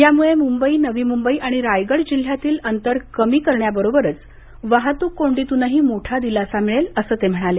यामुळे मुंबई नवी मुंबई आणि रायगड जिल्ह्यातील अंतर कमी करण्याबरोबरच वाहतूक कोंडीतूनही मोठा दिलासा मिळेल असं ते म्हणाले